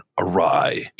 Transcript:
awry